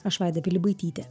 aš vaida pilibaitytė